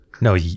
No